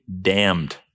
damned